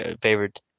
favorite